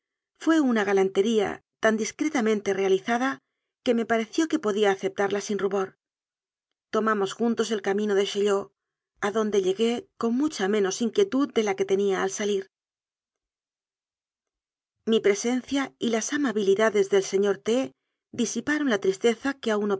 fué una galantería tan discretamente reali zada que me pareció que podía aceptarla sin ru bor tomamos juntos el camino de chaillot adonde llegué con mucha menos inquietud de la que tenía al salir mi presencia y las amabilidades del señor t disiparon la tristeza que